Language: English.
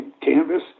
canvas